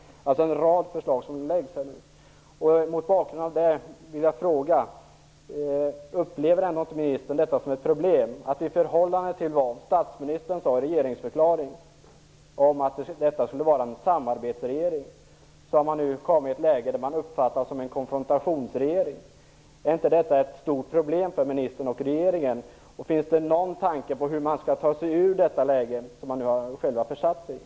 Mot bakgrund av detta vill jag fråga: Upplever inte ministern detta som ett problem, att regeringen i förhållande till vad statsministern sade i regeringsförklaringen, om att detta skulle vara en samarbetsregering, har kommit i ett läge där man uppfattas som en konfrontationsregering? Är inte det ett stort problem för ministern och för regeringen? Finns det någon tanke om hur man skall ta sig ur detta läge, som man själv har försatt sig i?